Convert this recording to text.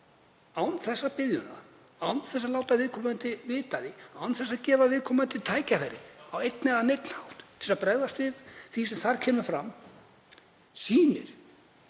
án þess að biðja um leyfi, án þess að láta viðkomandi vita af því, án þess að gefa viðkomandi tækifæri á einn eða neinn hátt til að bregðast við því sem þar kemur fram.